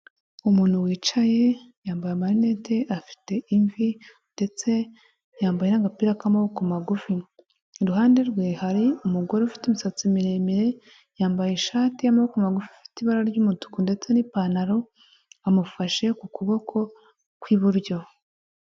Umuntu wicaye yambaye amarinete afite imvi ndetse yambaye n'agapira k'amaboko magufi iruhande rwe hari umugore ufite umisatsi miremire yambaye ishati y'amaboko magufi ifite ibara ry'umutuku ndetse n'ipantaro amufashe ku kuboko kw'iburyo.